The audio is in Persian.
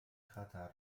خطر